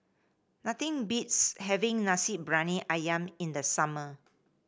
nothing beats having Nasi Briyani ayam in the summer